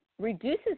reduces